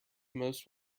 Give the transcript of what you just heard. most